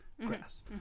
grass